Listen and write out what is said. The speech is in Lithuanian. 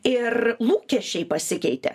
ir lūkesčiai pasikeitė